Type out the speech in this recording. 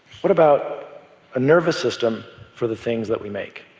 what about a nervous system for the things that we make?